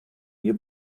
you